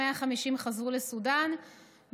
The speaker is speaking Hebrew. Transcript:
150 חזרו לסודאן,